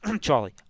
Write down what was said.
Charlie